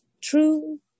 True